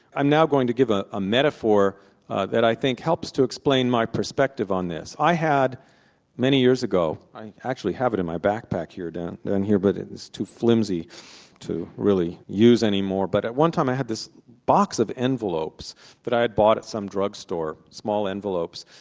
i'm now going to give a ah metaphor that i think helps to explain my perspective on this. i had many years ago, i actually have it in my backpack here, and and but it's too flimsy to really use any more, but at one time i had this box of envelopes that i had bought at some drugstore, small envelopes,